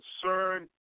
concern